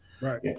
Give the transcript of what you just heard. Right